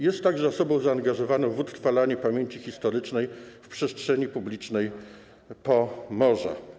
Jest także osobą zaangażowaną w utrwalanie pamięci historycznej w przestrzeni publicznej Pomorza.